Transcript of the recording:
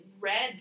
red